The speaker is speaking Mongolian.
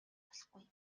болохгүй